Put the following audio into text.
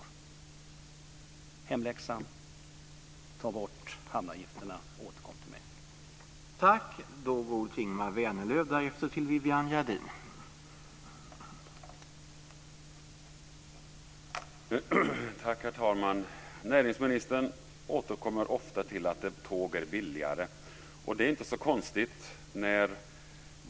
Gör hemläxan och ta bort hamnavgifterna, och återkom sedan till mig.